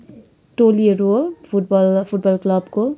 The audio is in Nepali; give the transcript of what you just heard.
टोलीहरू हो फुटबल फुटबल क्लबको